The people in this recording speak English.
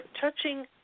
touching